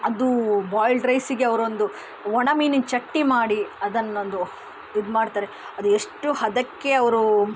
ಅದು ಬಾಯಿಲ್ಡ್ ರೈಸಿಗೆ ಅವರೊಂದು ಒಣಮೀನಿನ ಚಟ್ನಿ ಮಾಡಿ ಅದನ್ನೊಂದು ಇದು ಮಾಡ್ತಾರೆ ಅದು ಎಷ್ಟು ಹದಕ್ಕೆ ಅವರು